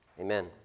Amen